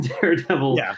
Daredevil